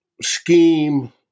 scheme